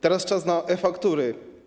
Teraz czas na e-faktury.